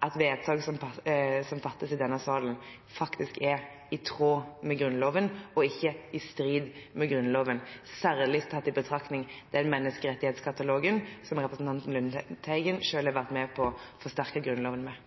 at vedtak som fattes i denne salen, faktisk er i tråd med Grunnloven og ikke i strid med Grunnloven, særlig tatt i betraktning den menneskerettighetskatalogen som representanten Lundteigen selv har vært med på å forsterke Grunnloven med?